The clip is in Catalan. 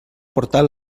portar